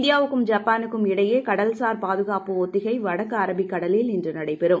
இந்தியாவுக்கும் ஜப்பானுக்கும் இடையே கடல்சார் பாதுகாப்பு ஒத்திகை வடக்கு அரபிக் கடலில் இன்று நடைபெறும்